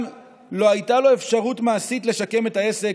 גם לא הייתה לו אפשרות מעשית לשקם את העסק,